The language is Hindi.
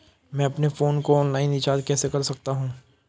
मैं अपने फोन को ऑनलाइन रीचार्ज कैसे कर सकता हूं?